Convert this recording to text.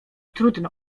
trudno